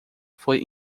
foi